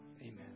amen